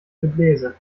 gebläse